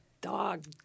dog